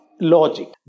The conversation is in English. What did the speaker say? Logic